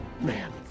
man